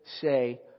say